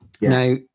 Now